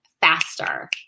faster